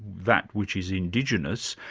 that which is indigenous,